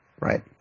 Right